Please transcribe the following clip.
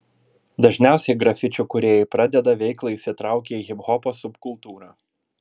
dažniausiai grafičių kūrėjai pradeda veiklą įsitraukę į hiphopo subkultūrą